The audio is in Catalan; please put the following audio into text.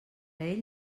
ell